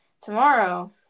tomorrow